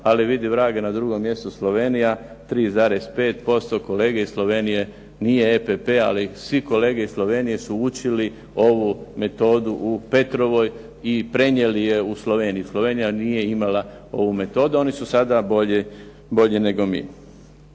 Ali vidi vraga, na drugom mjestu Slovenija 3,5%. Kolege iz Slovenije nije EPP, ali svi kolege iz Slovenije su učili ovu metodu u Petrovoj i prenijeli je u Sloveniji. Slovenija nije imala ovu metodu, oni su sada bolji nego mi.